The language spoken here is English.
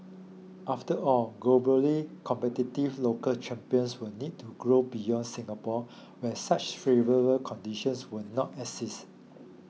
after all globally competitive local champions will need to grow beyond Singapore where such favourable conditions will not exist